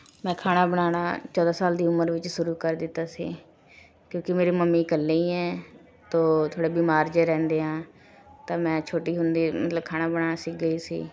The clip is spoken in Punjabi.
ਮੈਂ ਖਾਣਾ ਬਣਾਉਣਾ ਚੌਦ੍ਹਾਂ ਸਾਲ ਦੀ ਉਮਰ ਵਿੱਚ ਸ਼ੁਰੂ ਕਰ ਦਿੱਤਾ ਸੀ ਕਿਉਂਕਿ ਮੇਰੇ ਮੰਮੀ ਇਕੱਲੇ ਹੀ ਹੈ ਤੋਂ ਥੋੜ੍ਹਾ ਬਿਮਾਰ ਜਿਹੇ ਰਹਿੰਦੇ ਹੈ ਤਾਂ ਮੈਂ ਛੋਟੀ ਹੁੰਦੀ ਮਤਲਬ ਖਾਣਾ ਬਣਾਉਣਾ ਸਿੱਖ ਗਈ ਸੀ